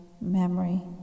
memory